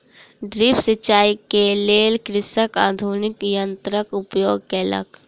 drip सिचाई के लेल कृषक आधुनिक यंत्रक उपयोग केलक